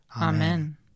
Amen